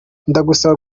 ndagusaba